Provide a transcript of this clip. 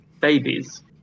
babies